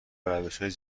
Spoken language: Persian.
روشهای